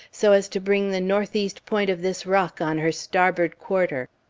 so as to bring the north-east point of this rock on her starboard quarter.